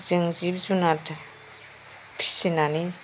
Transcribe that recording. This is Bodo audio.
जों जिब जुनात फिसिनानै